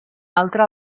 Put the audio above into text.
altre